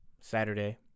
Saturday